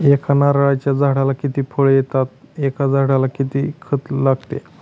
एका नारळाच्या झाडाला किती फळ येतात? एका झाडाला किती खत लागते?